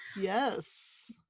Yes